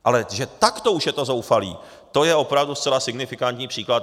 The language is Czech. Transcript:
Ale že takto už je to zoufalé, to je opravdu zcela signifikantní příklad.